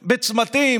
בצמתים?